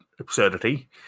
absurdity